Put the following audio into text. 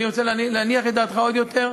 אני רוצה להניח את דעתך עוד יותר.